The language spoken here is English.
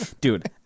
dude